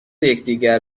یکدیگر